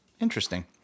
Interesting